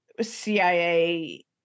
CIA